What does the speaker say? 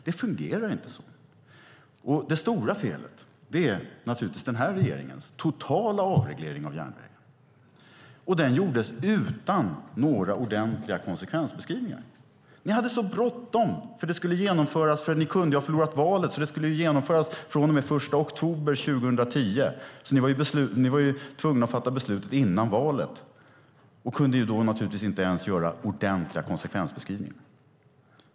Det fungerar inte så. Det stora felet är naturligtvis den nuvarande regeringens totala avreglering av järnvägen. Den gjordes utan några ordentliga konsekvensbeskrivningar. Man hade bråttom för man kunde ju förlora valet, så det skulle börja gälla från och med den 1 oktober 2010. Därför var man tvungen att fatta beslut före valet och kunde inte göra ordentliga konsekvensbeskrivningar.